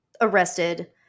arrested